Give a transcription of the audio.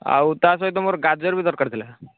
ଆଉ ତା ସହିତ ମୋର ଗାଜର ବି ଦରକାର ଥିଲା